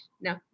no